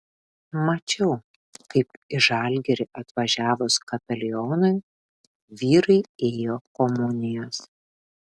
mačiau kaip į žalgirį atvažiavus kapelionui vyrai ėjo komunijos